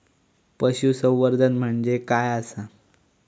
पशुसंवर्धन म्हणजे काय आसा?